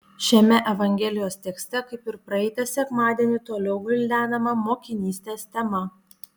šiame evangelijos tekste kaip ir praeitą sekmadienį toliau gvildenama mokinystės tema